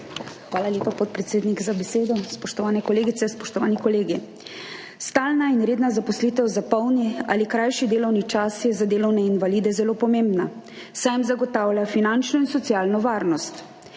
Hvala lepa, podpredsednik, za besedo. Spoštovane kolegice, spoštovani kolegi! Stalna in redna zaposlitev za polni ali krajši delovni čas je za delovne invalide zelo pomembna, saj jim zagotavlja finančno in socialno varnost.